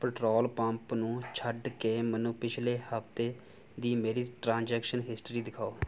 petrol pump ਨੂੰ ਛੱਡ ਕੇ ਮੈਨੂੰ ਪਿਛਲੇ ਹਫ਼ਤੇ ਦੀ ਮੇਰੀ ਟ੍ਰਾਂਜ਼ੈਕਸ਼ਨ ਹਿਸਟਰੀ ਦਿਖਾਉ